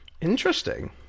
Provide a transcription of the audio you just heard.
Interesting